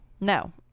no